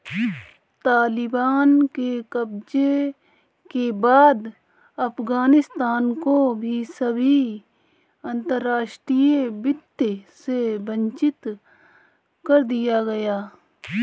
तालिबान के कब्जे के बाद अफगानिस्तान को सभी अंतरराष्ट्रीय वित्त से वंचित कर दिया गया